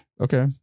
Okay